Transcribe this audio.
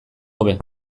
hobe